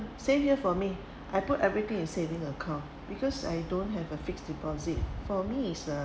same here for me I put everything in saving account because I don't have a fixed deposit for me is uh